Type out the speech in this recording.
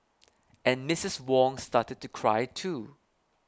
and Misses Wong started to cry too